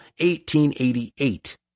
1888